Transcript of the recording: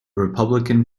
republican